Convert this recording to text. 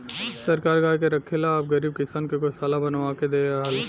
सरकार गाय के रखे ला अब गरीब किसान के गोशाला बनवा के दे रहल